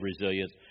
resilience